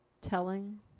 telling